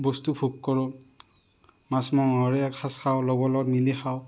বস্তু ভোগ কৰোঁ মাছ খাওঁ লগৰ লগ মিলি খাওঁ